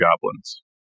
goblins